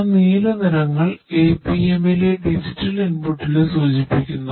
ആ നീല നിറങ്ങൾ APM ലെ ഡിജിറ്റൽ ഇൻപുട്ടിനെ സൂചിപ്പിക്കുന്നു